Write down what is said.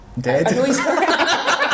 dead